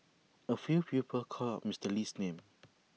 A few people called out Mister Lee's name